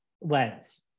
lens